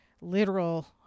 literal